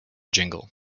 jingle